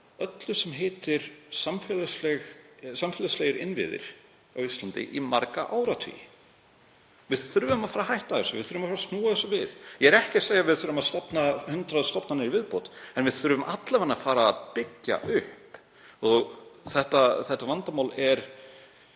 öllu sem heitir samfélagslegir innviðir á Íslandi. Við þurfum að fara að hætta þessu. Við þurfum að snúa þessu við. Ég er ekki að segja að við þurfum að stofna 100 stofnanir í viðbót, en við þurfum alla vega að fara að byggja upp. Þetta vandamál er